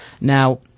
Now